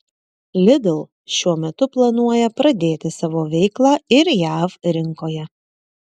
lidl šiuo metu planuoja pradėti savo veiklą ir jav rinkoje